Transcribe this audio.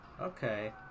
okay